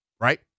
Right